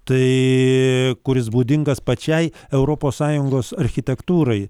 tai kuris būdingas pačiai europos sąjungos architektūrai